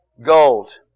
gold